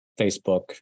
Facebook